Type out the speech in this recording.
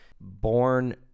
born